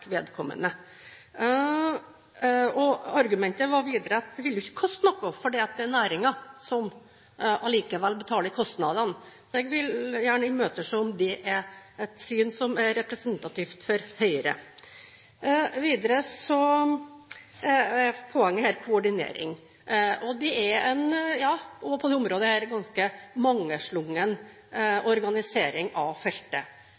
vedkommende. Argumentet var videre at det ikke ville koste noe, for det var næringen som allikevel betalte kostnadene. Jeg imøteser gjerne et svar på om dette er et syn som er representativt for Høyre. Poenget her er koordinering. På dette området er det en ganske mangslungen organisering. Mitt poeng har vært at alle må ta ansvar, for jeg tror at det